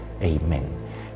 Amen